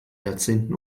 jahrzehnten